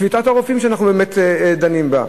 שביתת הרופאים שאנחנו דנים בה.